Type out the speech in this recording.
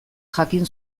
jakin